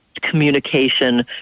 communication